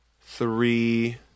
three